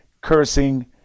cursing